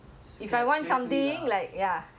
oh ya ya ya they wouldn't mind